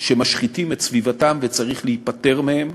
שמשחיתים את סביבתם וצריך להיפטר מהם.